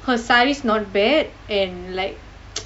for sarees not bad and like